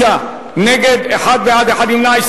65 נגד, אחד בעד, אחד נמנע.